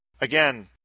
Again